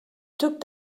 took